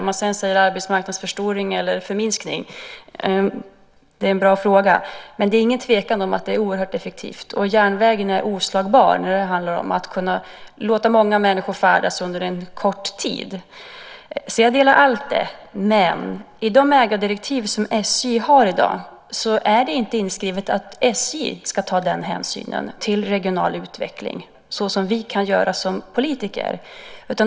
Om man sedan säger arbetsmarknadsförstoring eller förminskning är en bra fråga. Men det råder inget tvivel om att det är oerhört effektivt. Järnvägen är oslagbar när det handlar om att låta många människor färdas under en kort tid. Jag instämmer i allt, men i de ägardirektiv som SJ har i dag är det inte inskrivet att SJ ska ta hänsyn till regional utveckling - såsom vi kan göra som politiker.